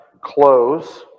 close